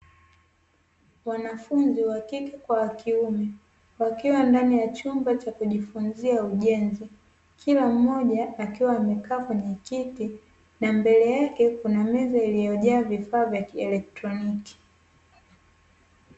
Wanafunzi wa kike kwa wa kiume, wakiwa ndani ya chumba cha kujifunzia ujenzi, kila mmoja akiwa amekaa kwenye kiti na mbele yake kuna meza iliyojaa vifaa vya kieletroniki.